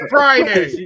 Friday